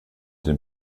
den